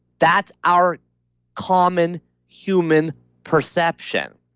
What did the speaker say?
that's our common human perception.